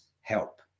help